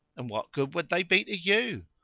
and what good would they be to you?